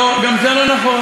לא, גם זה לא נכון.